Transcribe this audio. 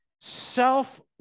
self